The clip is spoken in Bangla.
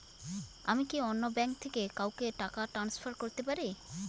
আমি কি অন্য ব্যাঙ্ক থেকে কাউকে টাকা ট্রান্সফার করতে পারি?